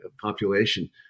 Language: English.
population